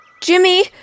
Jimmy